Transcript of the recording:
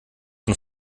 von